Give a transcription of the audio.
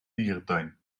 dierentuin